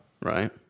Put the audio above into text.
right